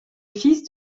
fils